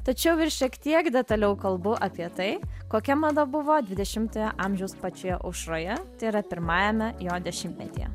tačiau ir šiek tiek detaliau kalbu apie tai kokia mada buvo dvidešimtojo amžiaus pačioje aušroje tai yra pirmajame jo dešimtmetyje